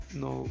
no